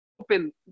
Open